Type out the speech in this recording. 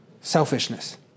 selfishness